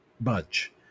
budge